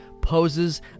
poses